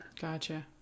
gotcha